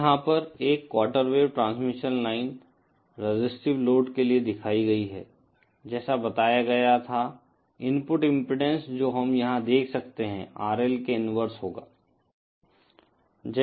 अब यहाँ पर एक quarter wave transmission line resistive load के लिए दिखाई गयी है जैसा बताया गया था इनपुट इम्पीडेन्स जो हम यहाँ देख सकते हैं RL के इनवर्स होगा